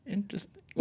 Interesting